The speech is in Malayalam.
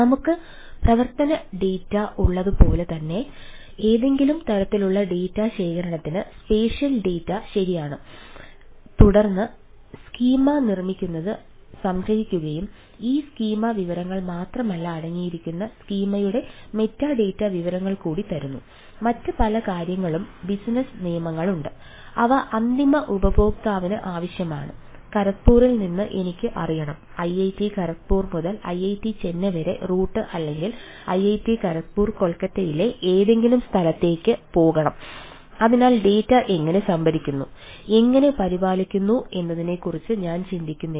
നമ്മൾക്ക് പ്രവർത്തന ഡാറ്റ എങ്ങനെ സംഭരിക്കുന്നു എങ്ങനെ പരിപാലിക്കുന്നു എന്നതിനെക്കുറിച്ച് ഞാൻ ചിന്തിക്കുന്നില്ല